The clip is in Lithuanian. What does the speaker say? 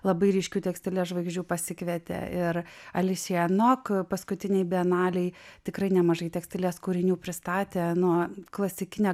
labai ryškių tekstilės žvaigždžių pasikvietė ir alisija nok paskutinėj bienalėj tikrai nemažai tekstilės kūrinių pristatė nuo klasikine